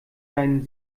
dein